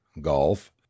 golf